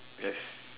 yes